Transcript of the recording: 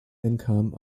income